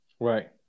Right